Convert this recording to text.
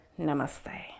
Namaste